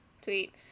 tweet